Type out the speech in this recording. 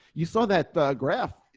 you saw that graph.